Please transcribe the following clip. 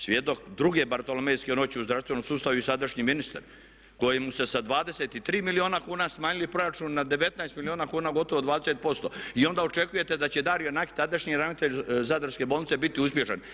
Svjedok druge bartolomejske noći u zdravstvenom sustavu je i sadašnji ministar kojemu ste sa 23 milijuna kuna smanjili proračun na 19 milijuna kuna, gotovo 20% i onda očekujete da će Dario Nakić, tadašnji ravnatelj Zadarske bolnice biti uspješan.